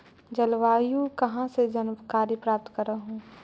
जलवायु कहा से जानकारी प्राप्त करहू?